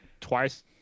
twice